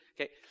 okay